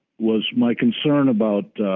was my concern about